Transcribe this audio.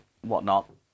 whatnot